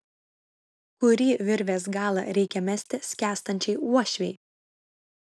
kurį virvės galą reikia mesti skęstančiai uošvei